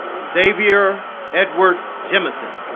xavier edward jemison